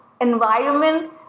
environment